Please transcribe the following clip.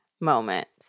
moments